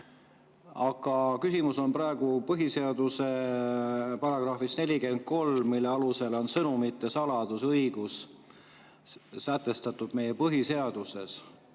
Aga küsimus on praegu põhiseaduse §-s 43, mille alusel on sõnumite saladuse õigus sätestatud meie põhiseaduses.